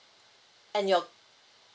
and your